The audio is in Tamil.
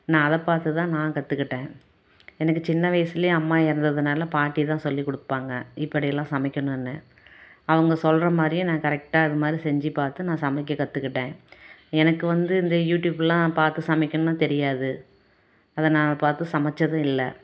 நான் அதை பார்த்துதான் நான் கற்றுக்கிட்டேன் எனக்கு சின்ன வயசுலயே அம்மா இறந்ததுனால பாட்டிதான் சொல்லிக்கொடுப்பாங்க இப்படி எல்லாம் சமைக்கணும்னு அவங்க சொல்கிறமாரியே நான் கரெக்டாக அதுமாதிரி செஞ்சு பார்த்து நான் சமைக்க கற்றுக்கிட்டேன் எனக்கு வந்து இந்த யூடியூபெலாம் பார்த்து சமைக்கணுன்னு தெரியாது அதை நான் பார்த்து சமைச்சதும் இல்லை